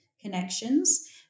connections